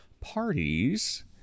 parties